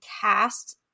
cast